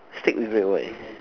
steak with red wine